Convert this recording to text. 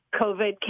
COVID